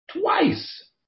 twice